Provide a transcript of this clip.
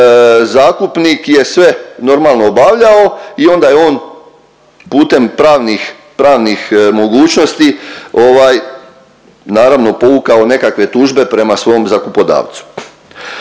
zakupnik je sve normalno obavljao i onda je on putem pravnih, pravnih mogućnosti naravno povukao nekakve tužbe prema svom zakupodavcu.